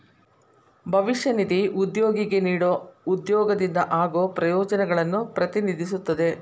ಭವಿಷ್ಯ ನಿಧಿ ಉದ್ಯೋಗಿಗೆ ನೇಡೊ ಉದ್ಯೋಗದಿಂದ ಆಗೋ ಪ್ರಯೋಜನಗಳನ್ನು ಪ್ರತಿನಿಧಿಸುತ್ತದೆ